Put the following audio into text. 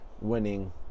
winning